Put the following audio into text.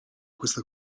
questa